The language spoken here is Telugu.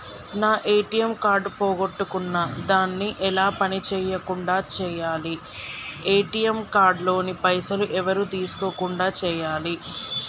నా ఏ.టి.ఎమ్ కార్డు పోగొట్టుకున్నా దాన్ని ఎలా పని చేయకుండా చేయాలి ఏ.టి.ఎమ్ కార్డు లోని పైసలు ఎవరు తీసుకోకుండా చేయాలి?